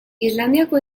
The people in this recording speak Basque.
islandiako